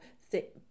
thick